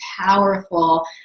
powerful